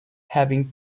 having